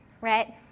right